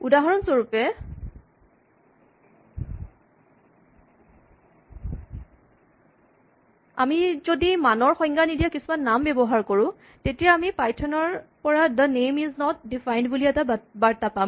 উদাহৰণস্বৰূপে আমি যদি মানৰ সংজ্ঞা নিদিয়া কিছুমান নাম ব্যৱহাৰ কৰোঁ তেতিয়া আমি পাইথন ৰ পৰা ড নেম ইজ নট ডিফাইন্ড বুলি এটা বাৰ্তা পাম